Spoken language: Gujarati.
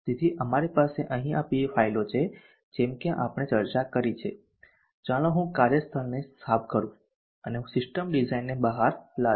તેથી અમારી પાસે અહીં આ બે ફાઇલો છે જેમ કે આપણે ચર્ચા કરી છે ચાલો હું કાર્યસ્થળને સાફ કરું અને હું સિસ્ટમ ડિઝાઇનને બહાર લાવીશ